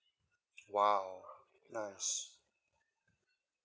!wow! nice